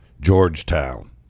georgetown